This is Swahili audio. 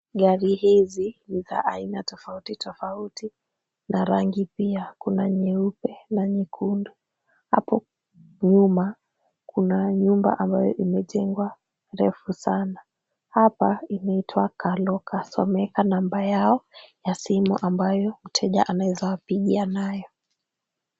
Gari hizi ni za aina tofauti tofauti na rangi pia. Kuna nyeupe na nyekundu. Hapo nyuma kuna nyumba ambayo imejengwa refu sana. Hapa inaitwa Car Locus, wameweka namba yao ya simu ambayo mteja anaeza wapigia nayo.